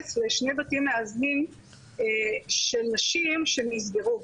להתייחס לשני בתים מאזנים של נשים שנסגרו.